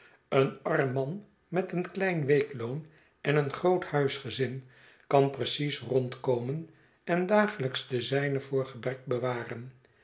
een arm man met een klein weekloon en een groot huisgezin kan precies rondkomen en dagelijks de zijnen voor gebrek bewaren